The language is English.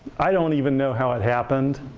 i don't even know how it happened.